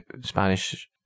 Spanish